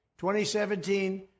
2017